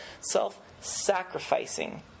self-sacrificing